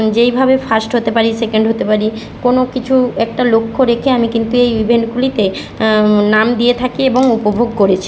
যেইভাবে ফার্স্ট হতে পারি সেকেন্ড হতে পারি কোনো কিছু একটা লক্ষ্য রেখে আমি কিন্তু এই ইভেন্টগুলিতে নাম দিয়ে থাকি এবং উপভোগ করেছি